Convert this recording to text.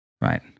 right